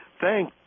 thank